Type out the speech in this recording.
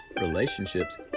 relationships